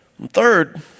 Third